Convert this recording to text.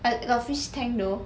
but got fish tank though